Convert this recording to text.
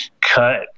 cut